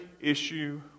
issue